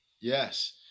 Yes